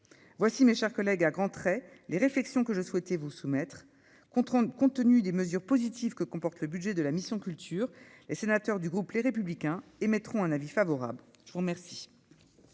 voici mes chers collègues, à grands traits les réflexions que je souhaitais vous soumettre compte rendu compte tenu des mesures positives que comporte le budget de la mission Culture les sénateurs du groupe Les Républicains émettront un avis favorable, je vous remercie.